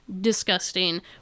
disgusting